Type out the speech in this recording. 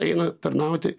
eina tarnauti